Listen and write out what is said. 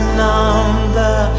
number